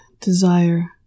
desire